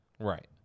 Right